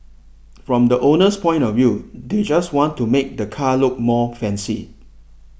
from the owner's point of view they just want to make the car look more fancy